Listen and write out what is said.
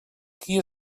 qui